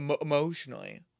emotionally